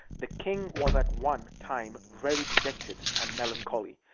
the king was at one time very dejected and melancholy,